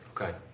Okay